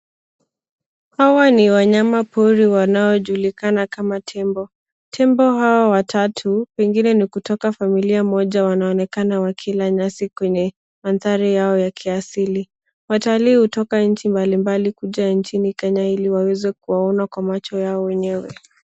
Hawa ni wanyama pori wanaojulikana kama tembo, tembo hao watatu wengine ni kutoka familia moja wanaonekana wakila nyasi kwenye mandhari yao ya kiasili. Watalii hutoka nchi mbali mbali kuja nchini Kenya ili waweze kuwaona kwa macho yao wenyewe.